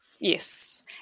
Yes